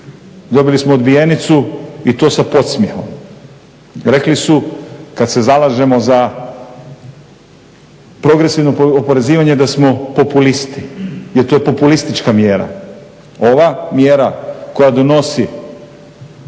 dobili smo odbijenicu i to sa podsmjehom. Rekli su kad se zalažemo za progresivno oporezivanje da smo populisti, jer to je populistička mjera. Ova mjera koja donosi